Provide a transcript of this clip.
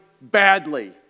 badly